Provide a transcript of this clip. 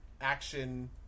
action